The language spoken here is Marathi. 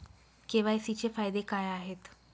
के.वाय.सी चे फायदे काय आहेत?